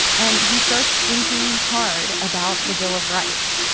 and he starts thinking hard about the bill of rights.